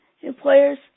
employers